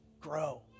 grow